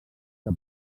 que